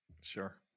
Sure